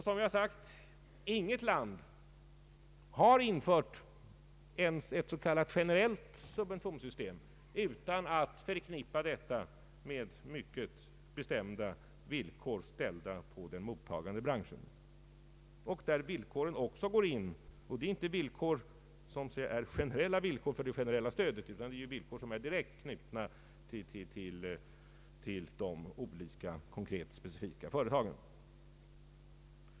Som jag sagt har inte något land infört ens ett s.k. generellt subventionssystem utan att förknippa detta med mycket bestämda villkor ställda på den mottagande branschen, och det är inte villkor som är generella villkor för det generella stödet utan villkor som är direkt knutna till de olika konkreta företagen.